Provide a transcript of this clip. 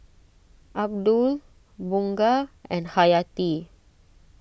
Abdul Bunga and Hayati